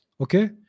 Okay